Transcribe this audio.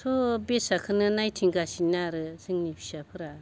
सोब बेसादखौनो नायथिंगासिनो आरो जोंनि फिसाफोरा